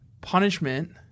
Punishment